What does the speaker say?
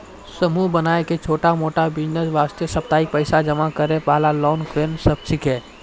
समूह बनाय के छोटा मोटा बिज़नेस वास्ते साप्ताहिक पैसा जमा करे वाला लोन कोंन सब छीके?